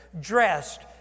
dressed